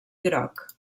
groc